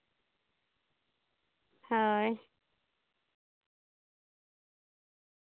ᱦᱳᱭ